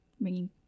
bringing